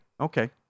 Okay